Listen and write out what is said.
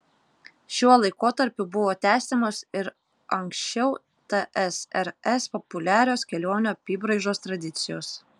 šiuo laikotarpiu buvo tęsiamos ir anksčiau tsrs populiarios kelionių apybraižos tradicijos